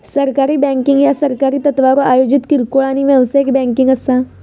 सहकारी बँकिंग ह्या सहकारी तत्त्वावर आयोजित किरकोळ आणि व्यावसायिक बँकिंग असा